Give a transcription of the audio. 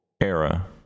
era